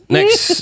Next